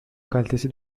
kalitesi